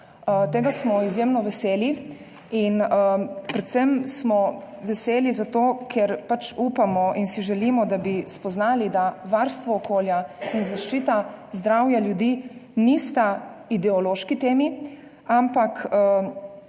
Tega smo izjemno veseli. Predvsem smo veseli zato, ker upamo in si želimo, da bi spoznali, da varstvo okolja in zaščita zdravja ljudi nista ideološki temi, ampak